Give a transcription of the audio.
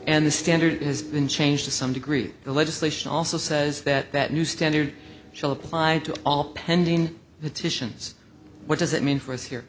and the standard has been changed to some degree the legislation also says that that new standard shall apply to all pending titian's what does it mean for us here